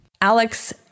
Alex